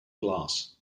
glass